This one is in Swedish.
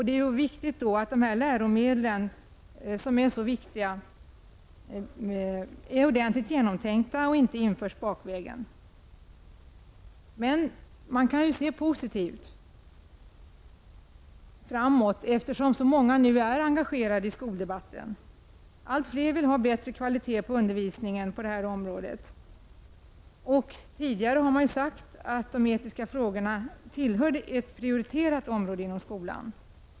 Det är också viktigt att de läromedel som behandlar så viktiga områden är ordentligt genomtänkta och inte införs bakvägen. Man kan se positivt framåt, eftersom så många nu är engagerade i skoldebatten. Allt fler vill ha bättre kvalitet på undervisningen när det gäller detta område. Tidigare har det sagts att de etiska frågorna tillhör ett prioriterat område inom skolan.